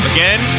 Again